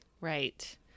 right